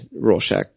Rorschach